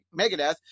Megadeth